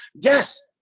Yes